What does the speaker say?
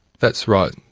that's right.